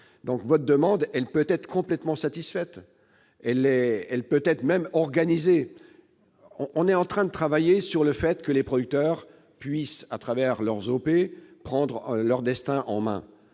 Votre demande peut être complètement satisfaite, et peut même être organisée. Nous sommes en train de travailler sur le fait que les producteurs puissent, à travers leurs OP, prendre leur destin en main.